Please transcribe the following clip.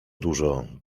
dużo